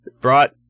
Brought